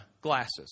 glasses